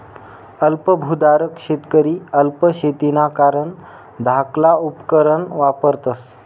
अल्प भुधारक शेतकरी अल्प शेतीना कारण धाकला उपकरणं वापरतस